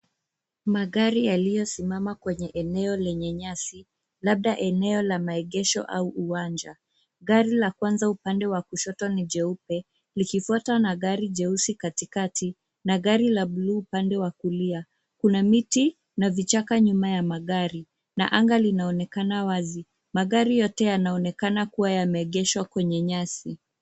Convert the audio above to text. Magari yaliyosimama kwenye eneo lenye nyasi, labda eneo la maegesho au uwanja .Gari la kwanza upande wa kushoto ni jeupe, likifuatwa na gari jeusi katikati, na gari la blue upande wa kulia. Kuna miti na vichaka nyuma ya magari, na anga linaonekana wazi. Magari yote yanaonekana kuwa yameegeshwa kwenye nyasi .